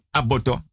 aboto